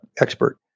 expert